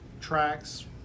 tracks